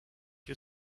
you